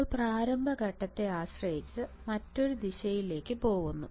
ഇപ്പോൾ പ്രാരംഭ ഘട്ടത്തെ ആശ്രയിച്ച് മറ്റൊരു ദിശയിലേക്ക് പോകുക